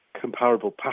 comparable